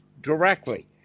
directly